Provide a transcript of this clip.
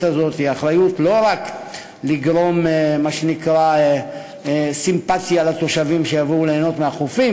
הזאת היא לא רק לגרום סימפתיה לתושבים שיבואו ליהנות מהחופים,